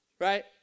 right